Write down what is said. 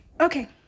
Okay